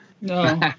No